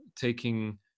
taking